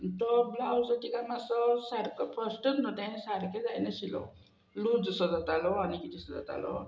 तो ब्लावज तिका मातसो सारको फस्टूच न्हू तें सारकें जायनाशिल्लो लूज जसो जातालो आनी किदें जसो जातालो